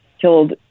killed